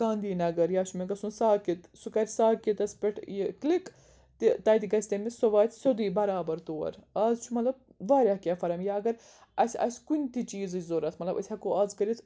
گانٛدھی نَگر یا چھُ مےٚ گَژھُن ساکِد سُہ کَرِ ساقِتَس پٮ۪ٹھ یہِ کِلِک تہٕ تَتہِ گَژھِ تٔمِس سُہ واتہِ سیٚدُے برابَر تور آز چھُ مطلب واریاہ کینٛہہ فَرہم یا اگر اَسہِ آسہِ کُنہِ تہِ چیٖزٕچ ضوٚرَتھ مطلب أسۍ ہیٚکو آز کٔرِتھ